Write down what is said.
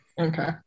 Okay